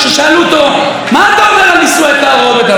ששאלו אותו: מה אתה אומר על נישואי תערובת?